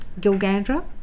Gilgandra